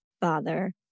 Father